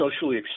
socially